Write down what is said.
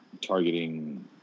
targeting